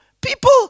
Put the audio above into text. people